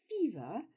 fever